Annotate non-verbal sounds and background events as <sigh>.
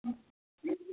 <unintelligible>